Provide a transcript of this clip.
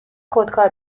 خودکار